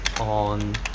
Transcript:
on